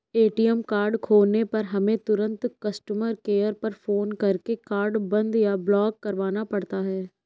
ATM card खोने पर हमें तुरंत कस्टमर केयर पर फ़ोन करके कार्ड बंद या ब्लॉक करवाना पड़ता है